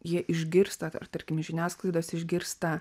jie išgirsta ar tarkim iš žiniasklaidos išgirsta